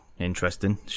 interesting